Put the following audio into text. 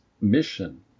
mission